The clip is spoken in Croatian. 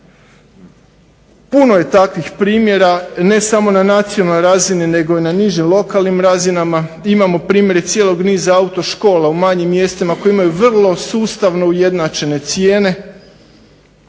Puno je takvih primjera ne samo na nacionalnoj razini nego i na nižim lokalnim razinama. Imamo primjer cijelog niza autoškola u malim mjestima koje imaju vrlo sustavno ujednačene cijene.